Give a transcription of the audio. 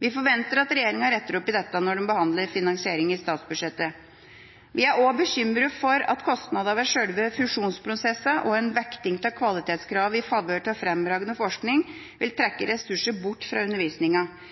Vi forventer at regjeringa retter opp i dette når de behandler finansieringa i statsbudsjettet. Vi er også bekymret for at kostnadene ved sjølve fusjonsprosessene og en vekting av kvalitetskrav i favør av fremragende forskning vil trekke ressurser bort fra undervisninga.